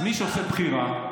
אז מי שעושה בחירה,